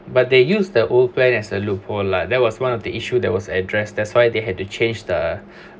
but they use the old plan as a loop oh lah there was one of the issue that was addressed that's why they had to change the